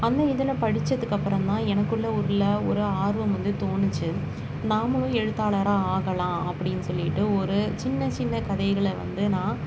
அந்த இதழை படிச்சதுக்கு அப்புறந்தான் எனக்குள்ள உள்ள ஒரு ஆர்வம் வந்து தோணுச்சு நாமளும் எழுத்தாளராக ஆகலாம் அப்படின்னு சொல்லிட்டு ஒரு சின்ன சின்ன கதைகளை வந்து நான்